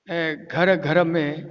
ऐं घर घर में